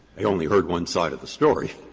they only heard one side of the story,